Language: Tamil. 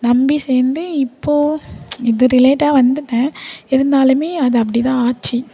நம்பி சேர்ந்து இப்போது இது ரிலேட்டாக வந்துட்டேன் இருந்தாலுமே அது அப்படிதான் ஆச்சு